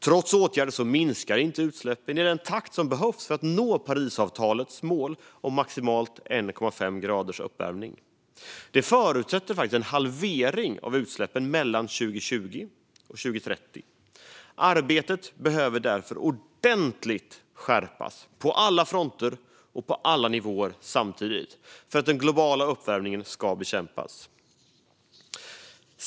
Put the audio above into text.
Trots åtgärder minskar inte utsläppen i den takt som behövs för att vi ska nå Parisavtalets mål om maximalt 1,5 graders uppvärmning, vilket faktiskt förutsätter en halvering av utsläppen mellan 2020 och 2030. Arbetet behöver därför skärpas ordentligt, på alla fronter och alla nivåer samtidigt, för att den globala uppvärmningen ska kunna bekämpas.